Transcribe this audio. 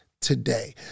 today